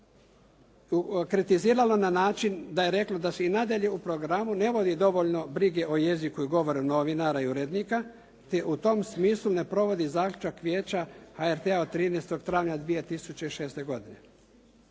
kritziralo na način da je reklo da se i nadalje u programu ne vodi dovoljno brige o jeziku i govoru novinara i urednika te u tom smislu ne provodi zaključak Vijeća HRT-a od 13. travnja 2006. godine.